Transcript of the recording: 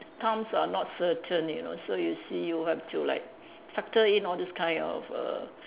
times are not certain you know so you see you have to like factor in all this kind of err